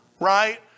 Right